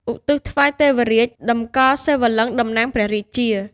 ឧទ្ទិសថ្វាយទេវរាជ (តម្កល់សិវលិង្គតំណាងព្រះរាជា)។